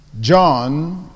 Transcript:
John